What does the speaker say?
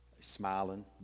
Smiling